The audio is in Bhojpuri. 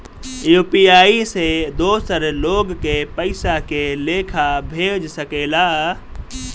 यू.पी.आई से दोसर लोग के पइसा के लेखा भेज सकेला?